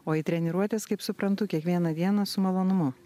o į treniruotes kaip suprantu kiekvieną dieną su malonumu